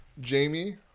Jamie